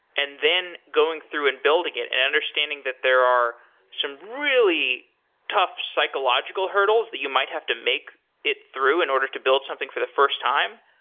and then going through and building it and understanding that there are some really tough psychological hurdles that you might have to make it through in order to build something for the first time.